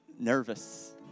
nervous